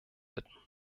bitten